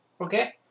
okay